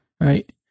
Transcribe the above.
right